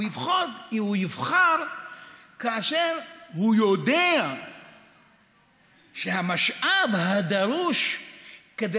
הוא יבחר כאשר הוא יודע שהמשאב הדרוש כדי